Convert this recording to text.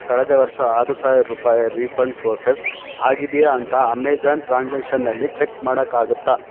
ಕಳೆದ ವರ್ಷ ಆರು ಸಾವ್ರ ರೂಪಾಯಿಯ ರೀಫಂಡ್ ಪ್ರೋಸೆಸ್ ಆಗಿದೆಯಾ ಅಂತ ಅಮೆಜಾನ್ ಟ್ರಾನ್ಸಾಕ್ಷನಲ್ಲಿ ಚೆಕ್ ಮಾಡೋಕ್ಕಾಗುತ್ತಾ